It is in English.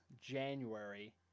January